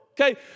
Okay